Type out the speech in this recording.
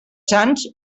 sants